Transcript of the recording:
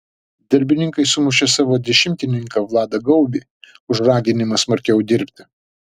darbininkai sumušė savo dešimtininką vladą gaubį už raginimą smarkiau dirbti